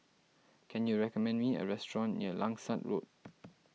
can you recommend me a restaurant near Langsat Road